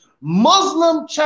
Muslim